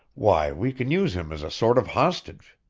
why, we can use him as a sort of hostage!